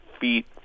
feet